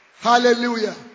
Hallelujah